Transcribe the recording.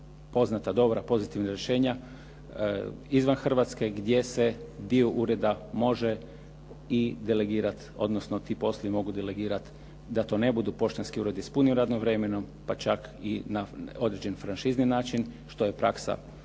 poznata dobra, pozitivna rješenja izvan Hrvatske gdje se dio ureda može i delegirati, odnosno ti …/Govornik se ne razumije./… mogu delegirati da to ne budu poštanski uredi s punim radnim vremenom, pa čak i na određen franšizni način što je praksa